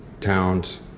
towns